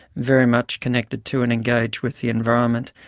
very much connected to and engaged with the environment.